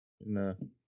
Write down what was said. No